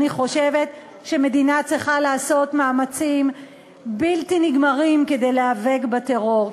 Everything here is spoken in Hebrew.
אני חושבת שמדינה צריכה לעשות מאמצים בלתי נגמרים כדי להיאבק בטרור,